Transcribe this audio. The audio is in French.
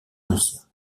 ancien